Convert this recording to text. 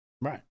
Right